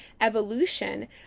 evolution